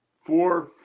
four